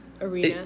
Arena